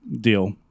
deal